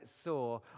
saw